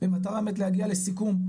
במטרה באמת להגיע לסיכום,